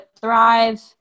thrive